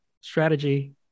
strategy